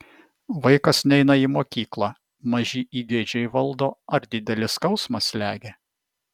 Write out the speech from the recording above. vaikas neina į mokyklą maži įgeidžiai valdo ar didelis skausmas slegia